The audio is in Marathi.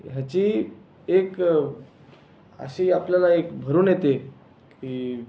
ह्याची एक अशी आपल्याला एक भरून येते की